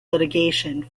litigation